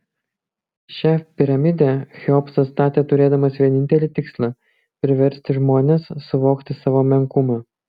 šią piramidę cheopsas statė turėdamas vienintelį tikslą priversti žmones suvokti savo menkumą